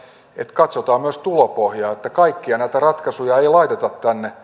katsotaan myös tulopohjaa että kaikkia näitä ratkaisuja ei laiteta